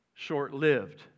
short-lived